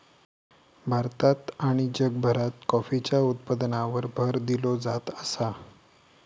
भारतात आणि जगभरात कॉफीच्या उत्पादनावर भर दिलो जात आसा